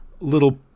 little